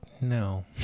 no